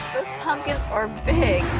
pumpkins are big.